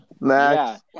Max